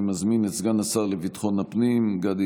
אני מזמין את סגן השר לביטחון הפנים גדי